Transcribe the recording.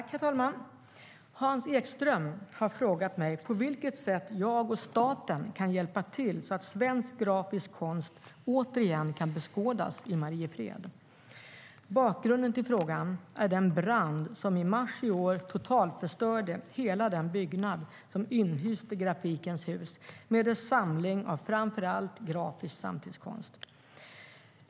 Herr talman! Hans Ekström har frågat mig på vilket sätt jag och staten kan hjälpa till så att svensk grafisk konst återigen kan beskådas i Mariefred. Bakgrunden till frågan är den brand som i mars i år totalförstörde hela den byggnad som inhyste Grafikens Hus med dess samling av framför allt grafisk samtidskonst.